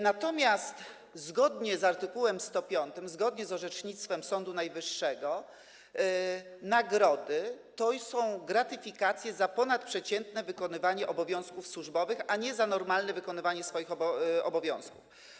Natomiast zgodnie z art. 105, zgodnie z orzecznictwem Sądu Najwyższego nagrody to są gratyfikacje za ponadprzeciętne wykonywanie obowiązków służbowych, a nie za normalne wykonywanie swoich obowiązków.